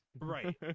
Right